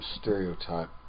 stereotype